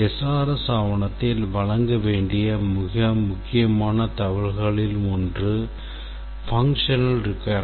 SRS ஆவணத்தில் வழங்க வேண்டிய மிக முக்கியமான தகவல்களில் ஒன்று Functional requirement